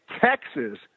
Texas